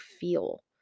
feel